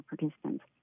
participants